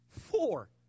Four